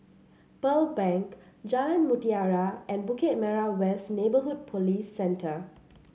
Pearl Bank Jalan Mutiara and Bukit Merah West Neighbourhood Police Center